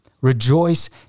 Rejoice